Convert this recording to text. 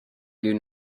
you